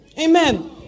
Amen